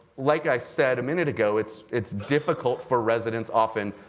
like i said a minute ago, it's it's difficult for residents often,